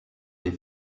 les